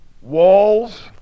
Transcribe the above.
Walls